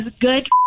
good